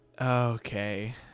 Okay